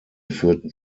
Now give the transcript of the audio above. führten